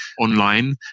online